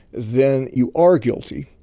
then you are guilty.